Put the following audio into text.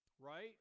right